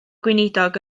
gweinidog